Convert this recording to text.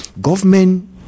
government